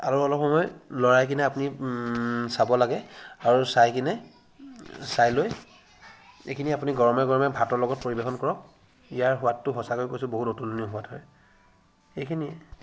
আৰু অলপ সময় লৰাইকেনে আপুনি চাব লাগে আৰু চাইকেনে চাই লৈ এইখিনি আপুনি গৰমে গৰমে ভাতৰ লগত পৰিৱেশন কৰক ইয়াৰ সোৱাদটো সঁচাকৈ কৈছো বহুত অতুলনীয় সোৱাদ হয় এইখিনিয়ে